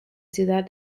ciudad